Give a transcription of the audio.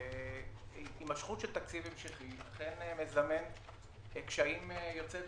הימשכות של תקציב המשכי אכן מזמנת קשיים יוצאי